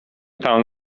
tam